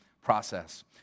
process